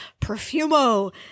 Perfumo